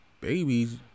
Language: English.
babies